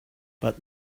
but